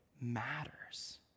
matters